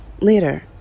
Later